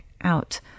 out